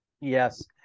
yes